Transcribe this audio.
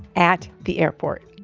at the airport.